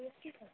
কি কি